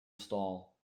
stall